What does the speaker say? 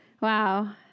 Wow